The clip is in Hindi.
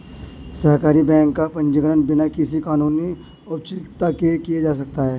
सहकारी बैंक का पंजीकरण बिना किसी कानूनी औपचारिकता के किया जा सकता है